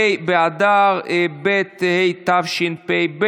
ה' באדר ב' התשפ"ב,